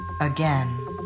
again